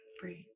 Breathe